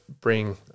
bring